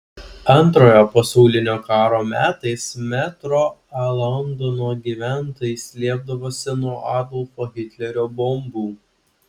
antrojo pasaulinio karo metais metro londono gyventojai slėpdavosi nuo adolfo hitlerio bombų